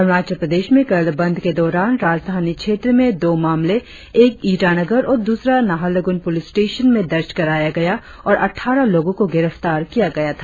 अरुणाचल प्रदेश में कल बंद के दौरान राजधानी क्षेत्र में दो मामले एक ईटानगर और दूसरा नाहरलगुन पुलिस स्टेशन में दर्ज कराया गया और अट़ठारह लोगों को गिरफ्तार किया गया था